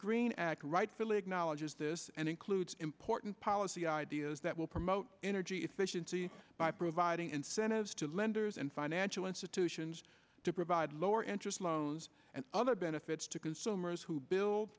green act right philip colleges this and includes important policy ideas that will promote energy efficiency by providing incentives to lenders and financial institutions to provide lower interest loans and other benefits to consumers who buil